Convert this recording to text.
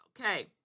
Okay